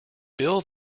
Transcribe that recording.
bill